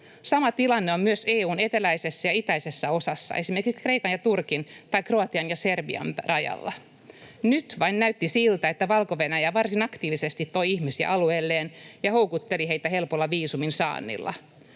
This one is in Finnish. Sama tilanne on myös EU:n eteläisessä ja itäisessä osassa, esimerkiksi Kreikan ja Turkin tai Kroatian ja Serbian rajalla. Nyt vain näytti siltä, että Valko-Venäjä varsin aktiivisesti toi ihmisiä alueelleen ja houkutteli heitä helpolla viisumin saannilla,